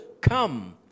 come